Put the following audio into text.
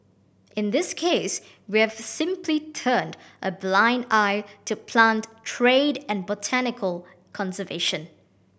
in this case we've simply turned a blind eye to plant trade and botanical conservation